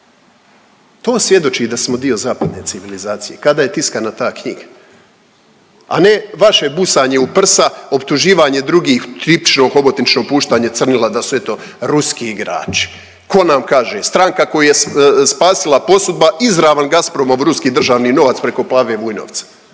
To svjedoči da smo dio zapadne civilizacije kada je tiskana ta knjiga, a ne vaše busanje u prsa, optuživanje drugih tipično hobotično puštanje crnila da su eto ruski igrači. Tko nam kaže? Stranka koju je spasila posudba izravan Gaspromov ruski državni novac preko Pave Vujnovca